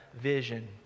vision